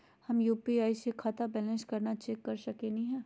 हम यू.पी.आई स खाता बैलेंस कना चेक कर सकनी हे?